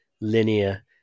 linear